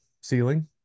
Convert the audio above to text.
ceiling